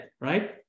right